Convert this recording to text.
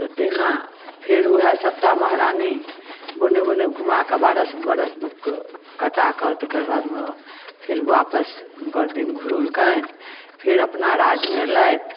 त तहिना फेर ओहाए सप्ता महरानी बने बने घुमा कऽ बारह वरष दुःख कटाए कऽ तकरबाद मे फेर वापस हुनकर दिन घुरलकनि फेर अपना राज्य मे अयलथि